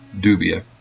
dubia